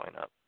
up